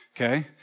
okay